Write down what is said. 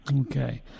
Okay